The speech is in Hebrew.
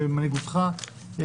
במנהיגותך,